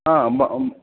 आम् अम्म उम्म्